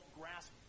grasp